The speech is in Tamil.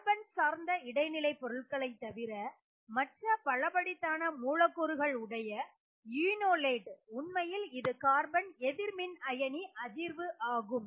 கார்பன் சார்ந்த இடைநிலை பொருள்களைத் தவிர மற்ற பலபடித்தான மூலக்கூறுகள் உடைய ஈனோலேட் உண்மையில் இது கார்பன் எதிர்மின் அயனி அதிர்வு ஆகும்